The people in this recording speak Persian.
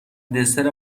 دسر